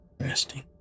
Resting